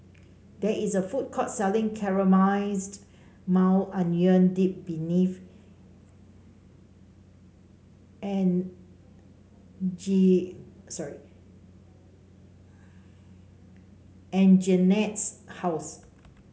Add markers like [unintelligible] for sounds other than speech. there is a food court selling Caramelized Maui Onion Dip [unintelligible] and G sorry Anjanette's house